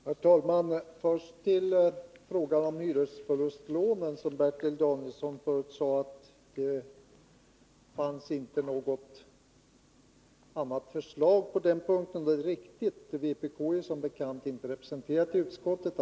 Herr talman! Först till frågan om hyresförlustlånen. Bertil Danielsson sade att det inte fanns något annat förslag på den punkten än de som redovisas i utskottsbetänkandet. Det är riktigt — vpk är som bekant inte representerat i utskottet.